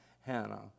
Hannah